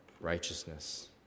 righteousness